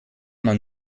man